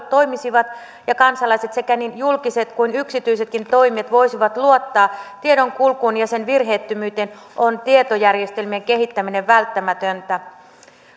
toimisivat ja kansalaiset sekä niin julkiset kuin yksityisetkin toimijat voisivat luottaa tiedonkulkuun ja sen virheettömyyteen on tietojärjestelmien kehittäminen välttämätöntä